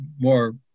more